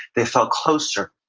they felt closer,